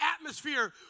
atmosphere